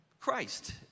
Christ